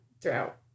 throughout